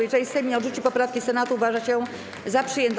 Jeżeli Sejm nie odrzuci poprawki Senatu, uważa się za przyjętą.